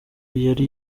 yari